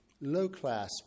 low-class